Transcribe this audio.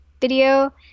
video